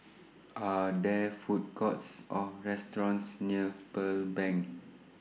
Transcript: Are There Food Courts Or restaurants near Pearl Bank